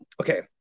okay